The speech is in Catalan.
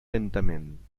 lentament